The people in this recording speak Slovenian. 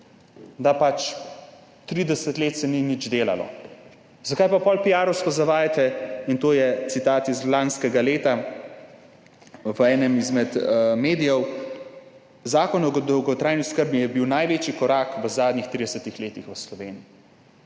da pač 30 let se ni nič delalo. Zakaj pa pol piarovsko zavajate? In to je citat iz lanskega leta v enem izmed medijev: "Zakon o dolgotrajni oskrbi je bil največji korak v zadnjih 30 letih v Sloveniji".